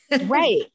right